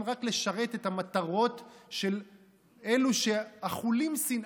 רק לשרת את המטרות של אלו שאכולים שנאה,